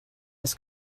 his